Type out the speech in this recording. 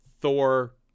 Thor